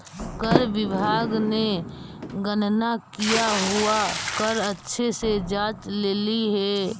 कर विभाग ने गणना किया हुआ कर अच्छे से जांच लेली हे